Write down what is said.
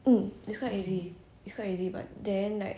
um it's quite easy it's quite easy but then like